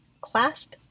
clasp